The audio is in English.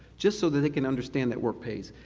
just so that they can understand that work pays,